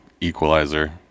Equalizer